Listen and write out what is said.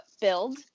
build